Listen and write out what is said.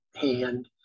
hand